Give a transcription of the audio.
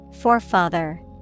Forefather